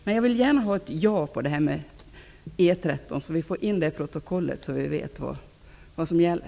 Jag vill också gärna ha svaret ja när det gäller frågan om E 13-anslaget, för att få det till protokollet, så att vi vet vad som gäller.